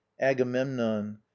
agamemnon